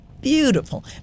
beautiful